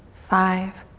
five,